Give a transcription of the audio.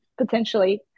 potentially